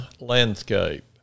landscape